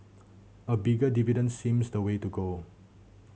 a bigger dividend seems the way to go